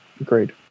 agreed